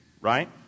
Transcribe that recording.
right